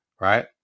right